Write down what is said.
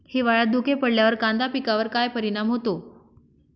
हिवाळ्यात धुके पडल्यावर कांदा पिकावर काय परिणाम होतो?